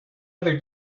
other